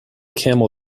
camel